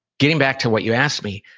getting back to what you asked me.